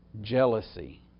jealousy